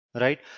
right